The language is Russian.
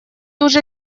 уже